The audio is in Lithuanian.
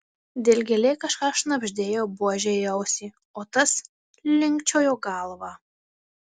dilgėlė kažką šnabždėjo buožei į ausį o tas linkčiojo galva